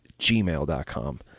gmail.com